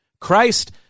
Christ